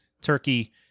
turkey